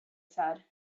said